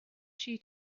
she